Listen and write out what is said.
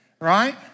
right